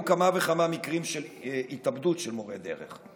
כמה וכמה מקרים של התאבדות של מורי דרך.